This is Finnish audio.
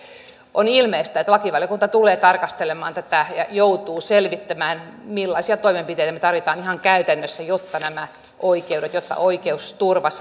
on ilmeistä että lakivaliokunta tulee tarkastelemaan tätä ja joutuu selvittämään millaisia toimenpiteitä me tarvitsemme ihan käytännössä jotta nämä oikeudet ja oikeusturva